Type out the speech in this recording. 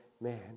man